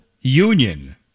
union